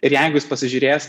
ir jeigu jūs pasižiūrės